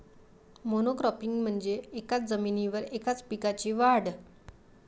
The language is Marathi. मोनोक्रॉपिंग म्हणजे एकाच जमिनीवर एकाच पिकाची वाढ